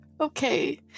Okay